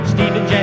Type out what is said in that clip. Stephen